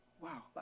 wow